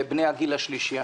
בבני הגיל השלישי,